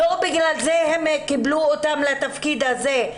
לא בגלל זה הם קיבלו אותם לתפקיד הזה.